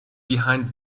behind